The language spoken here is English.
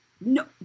No